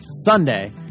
sunday